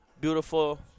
Beautiful